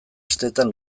asteetan